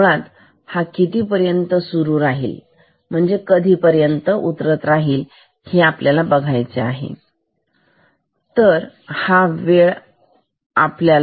आणि मुळात हा किती पर्यंत सुरू राहील म्हणजे कधी पर्यंत उतरत राहील ते आपल्याला बघायचा आहे